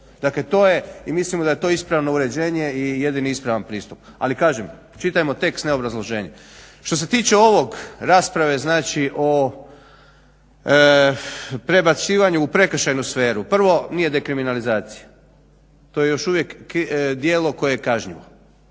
Dakle to je, i mislimo da je to ispravno uređenje, i jedini ispravan pristup. Ali kažem čitajmo tekst ne obrazloženje. Što se tiče ovog rasprave znači o prebacivanju u prekršajnu sferu, prvo nije dekriminalizacija, to je još uvijek djelo koje je kažnjivo,